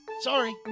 Sorry